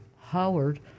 Howard